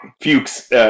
Fuchs